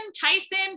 Tyson